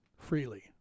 freely